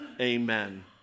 amen